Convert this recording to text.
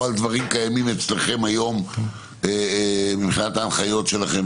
או על דברים קיימים אצלכם היום מבחינת ההנחיות שלכם,